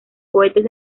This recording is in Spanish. cohetes